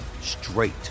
straight